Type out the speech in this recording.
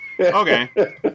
Okay